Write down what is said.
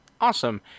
Awesome